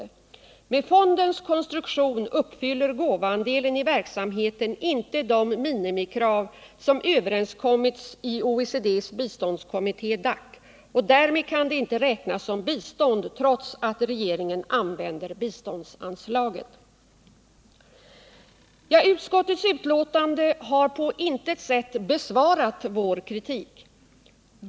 Med fondens konstruktion uppfyller gåvoandelen i verksamheten inte de minimikrav som överenskommits i OECD:s biståndskommitté DAC. Därmed kan det inte räknas som bistånd trots att regeringen använder biståndsanslaget. Utskottet har i sitt betänkande på intet sätt bemött vår kritik.